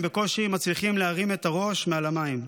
הם בקושי מצליחים להרים את הראש מעל המים.